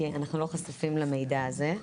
כי אנחנו לא חשופים למידע הזה,